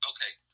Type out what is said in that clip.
Okay